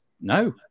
no